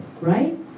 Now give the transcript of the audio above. right